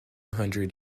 hundred